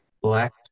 Black